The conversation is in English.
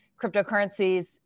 cryptocurrencies